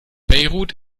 beirut